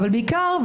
אבל בעיקר,